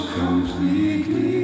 completely